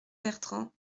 bertrand